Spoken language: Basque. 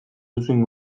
duzuen